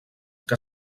que